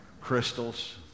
crystals